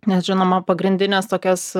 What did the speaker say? nes žinoma pagrindines tokias